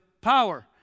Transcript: power